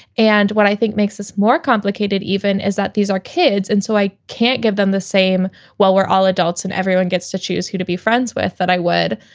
and what i think makes this more complicated even is that these are kids. and so i can't give them the same while we're all adults and everyone gets to choose who to be friends with. that i would,